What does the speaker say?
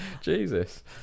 Jesus